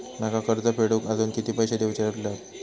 माका कर्ज फेडूक आजुन किती पैशे देऊचे उरले हत?